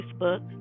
Facebook